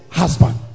husband